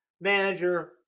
manager